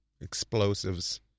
Explosives